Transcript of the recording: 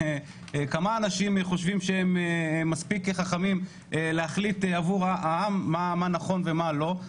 כמה אנשים חושבים שהם מספיק חכמים להחליט עבור העם מה נכון ומה לא.